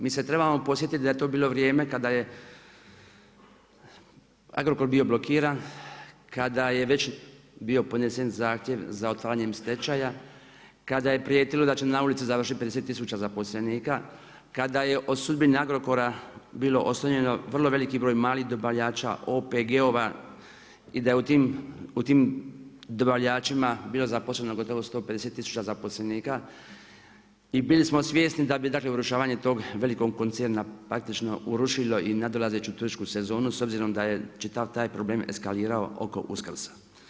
Mi se trebamo posjetiti da je to bilo vrijeme kada je Agrokor bio blokiran, kada je već bio podnesen zahtjev az otvaranjem stečaja, kada je prijetilo da će na ulici završiti 50000 zaposlenika, kada je o sudbini Agrokora, bilo oslonjeno vrlo veliki broj malih dobavljača, OPG-ova i da je u tim dobavljačima bilo zaposleno gotovo 150000 zaposlenika i bili smo svjesni da bi dakle, urušavanje tog velikog koncerna praktično urušilo i nadolazeću turističku sezonu, s obzirom da je čitav taj problem eskalirao oko Uskrsa.